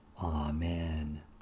Amen